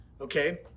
okay